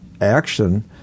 action